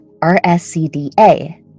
RSCDA